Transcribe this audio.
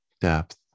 depth